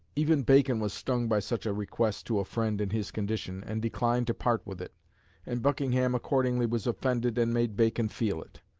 even bacon was stung by such a request to a friend in his condition, and declined to part with it and buckingham accordingly was offended, and made bacon feel it.